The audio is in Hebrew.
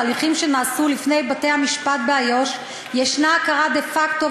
בהליכים שנעשו לפני בתי-המשפט באיו"ש יש הכרה דה-פקטו,